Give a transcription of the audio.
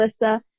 Melissa